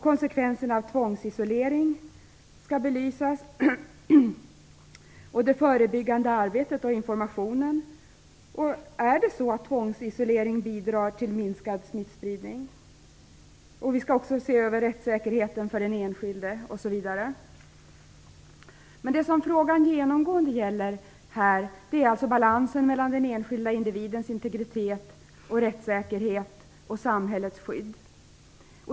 Konsekvenserna av tvångsisolering skall belysas samt även det förebyggande arbetet och informationen. Är det så att tvångsisolering bidrar till minskad smittspridning? Vi skall också se över rättssäkerheten för den enskilde osv. Men det som frågan genomgående gäller här är alltså balansen mellan den enskilda individens integritet och rättssäkerhet och samhällets skydd.